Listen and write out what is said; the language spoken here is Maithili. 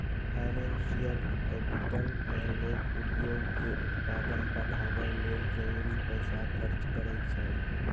फाइनेंशियल कैपिटल मे लोक उद्योग के उत्पादन बढ़ाबय लेल जरूरी पैसा खर्च करइ छै